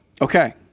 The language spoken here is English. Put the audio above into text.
Okay